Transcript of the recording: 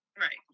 Right